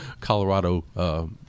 Colorado